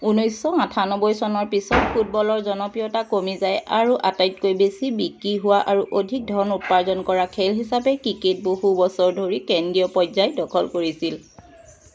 ঊনৈছশ আঠানব্বৈ চনৰ পিছত ফুটবলৰ জনপ্ৰিয়তা কমি যায় আৰু আটাইতকৈ বেছি বিক্ৰী হোৱা আৰু অধিক ধন উপাৰ্জন কৰা খেল হিচাপে ক্ৰিকেট বহু বছৰ ধৰি কেন্দ্ৰীয় পৰ্য্য়ায় দখল কৰিছিল